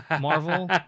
Marvel